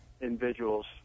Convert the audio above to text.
individuals